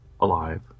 alive